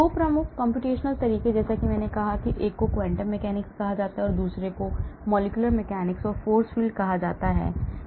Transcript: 2 प्रमुख कम्प्यूटेशनल तरीके जैसा कि मैंने कहा एक को quantum mechanics कहा जाता है दूसरे को molecular mechanics or force field कहा जाता है